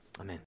Amen